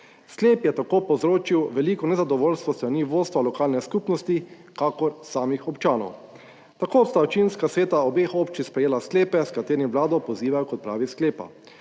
Sklep je tako povzročil veliko nezadovoljstvo s strani vodstva lokalne skupnosti, kakor samih občanov. Tako sta občinska sveta obeh občin sprejela sklepe s katerimi Vlado pozivajo k odpravi sklepa.